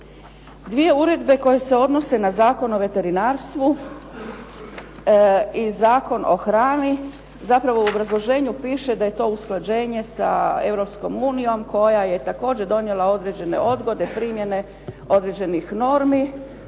Dvije uredbe koje se odnose na Zakon o veterinarstvu i Zakon o hrani, zapravo u obrazloženju piše da je to usklađenje sa Europskom unijom koja je također donijela određene odgode, primjene određenih normi.